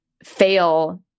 fail